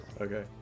Okay